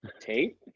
Tate